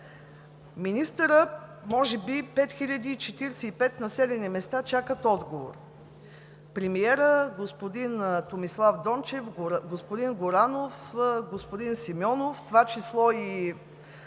и четиридесет и пет населени места чакат отговор. Премиерът, господин Томислав Дончев, господин Горанов, господин Симеонов, в това число и